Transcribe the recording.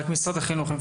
משרד החינוך.